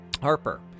Harper